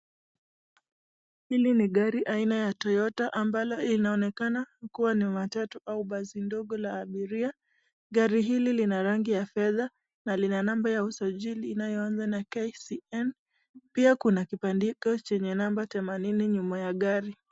Hili ni gari aina ya toyota ambalo inaonekana kuwa ni matatu au ni basi ndogo la abiria . Gari hili lina rangi ya fedha na lina namba ya usajili inayoanza na KCN ,pia kuna kibandiko chenye namba themanini nyuma ya gari.